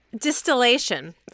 distillation